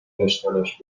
داشتنش